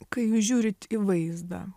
kai jūs žiūrit į vaizdą